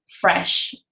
fresh